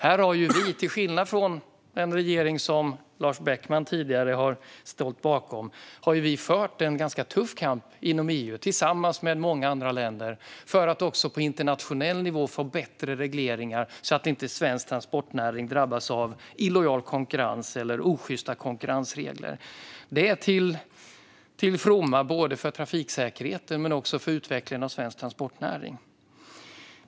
Här har vi, till skillnad från den regering som Lars Beckman tidigare har stått bakom, fört en ganska tuff kamp inom EU tillsammans med många andra länder för att också på internationell nivå få bättre regleringar så att inte svensk transportnäring drabbas av illojal konkurrens eller osjysta konkurrensregler. Det är till fromma för trafiksäkerheten men också för utvecklingen av svensk transportnäring.